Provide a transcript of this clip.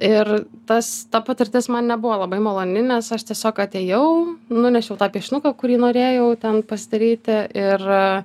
ir tas ta patirtis man nebuvo labai maloni nes aš tiesiog atėjau nunešiau tą piešinuką kurį norėjau ten pasidaryti ir